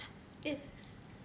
it